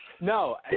No